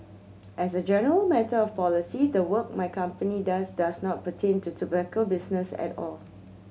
as a general matter of policy the work my company does does not pertain to tobacco business at all